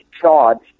charged